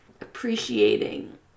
appreciating